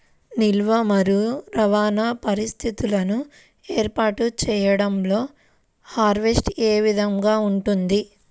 నిల్వ మరియు రవాణా పరిస్థితులను ఏర్పాటు చేయడంలో హార్వెస్ట్ ఏ విధముగా ఉంటుంది?